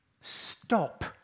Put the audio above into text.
stop